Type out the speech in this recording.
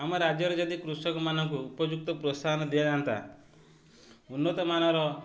ଆମ ରାଜ୍ୟରେ ଯଦି କୃଷକମାନଙ୍କୁ ଉପଯୁକ୍ତ ପ୍ରୋତ୍ସାହନ ଦିଆଯାଆନ୍ତା ଉନ୍ନତମାନର